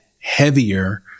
heavier